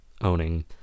owning